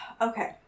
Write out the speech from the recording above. Okay